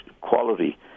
quality